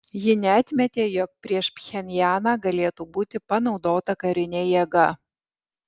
ji neatmetė jog prieš pchenjaną galėtų būti panaudota karinė jėga